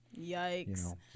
Yikes